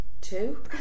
two